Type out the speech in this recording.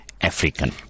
African